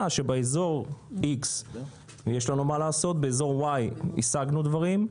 שבאזור איקס יש לנו מה לעשות ובאזור ואי השגנו דברים.